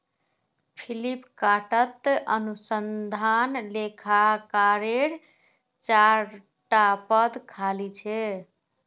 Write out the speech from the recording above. फ्लिपकार्टत अनुसंधान लेखाकारेर चार टा पद खाली छ